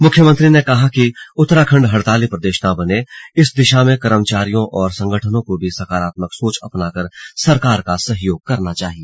मुख्यमंत्री ने कहा कि उत्तराखंड हड़ताली प्रदेश न बने इस दिशा में कर्मचारियों और संगठनों को भी सकारात्मक सोच अपनाकर सरकार का सहयोग करना चाहिए